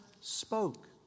spoke